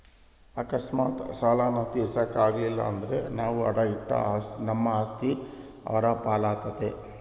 ಅಕಸ್ಮಾತ್ ಸಾಲಾನ ತೀರ್ಸಾಕ ಆಗಲಿಲ್ದ್ರ ನಾವು ಅಡಾ ಇಟ್ಟ ನಮ್ ಆಸ್ತಿ ಅವ್ರ್ ಪಾಲಾತತೆ